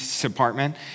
department